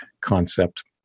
concept